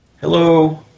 Hello